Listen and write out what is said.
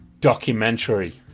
documentary